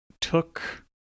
took